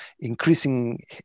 increasing